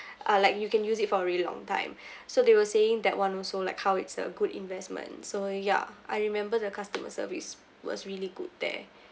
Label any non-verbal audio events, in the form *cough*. *breath* uh like you can use it for a really long time *breath* so they were saying that one also like how it's a good investment so ya I remember the customer service was really good there